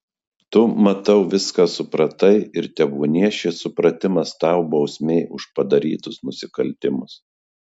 tu matau viską supratai ir tebūnie šis supratimas tau bausmė už padarytus nusikaltimus